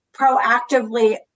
proactively